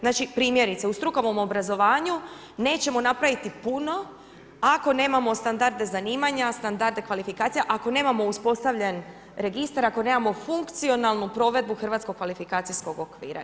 Znači primjerice, u strukovnom obrazovanju nećemo napraviti puno ako nemamo standarde zanimanja, standarde kvalifikacija, ako nemamo uspostavljen registar, ako nemao funkcionalnu provedbu Hrvatskog kvalifikacijskog okvira.